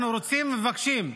אנחנו רוצים, מבקשים,